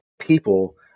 people